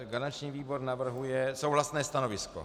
Garanční výbor navrhuje souhlasné stanovisko.